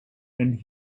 and